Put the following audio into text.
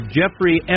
Jeffrey